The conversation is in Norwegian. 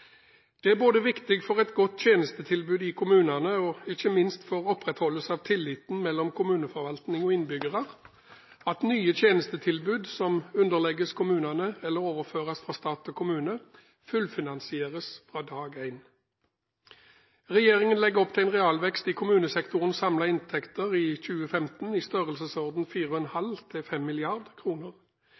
er viktig både for et godt tjenestetilbud i kommunene og – ikke minst – for opprettholdelse av tilliten mellom kommuneforvaltning og innbygger at nye tjenestetilbud som underlegges kommunene eller overføres fra stat til kommune, fullfinansieres fra dag én. Regjeringen legger opp til en realvekst i kommunesektorens samlede inntekter i 2015 i størrelsesorden 4,5 til